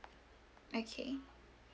okay